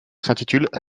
s’intitule